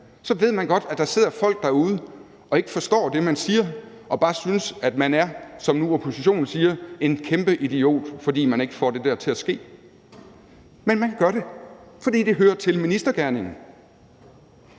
op i fjernsynet, sidder der folk derude og ikke forstår det, man siger bare, og bare synes, at man er, som nu oppositionen siger, en kæmpe idiot, fordi man ikke får det der til at ske. Men man gør det, fordi det hører til ministergerningen.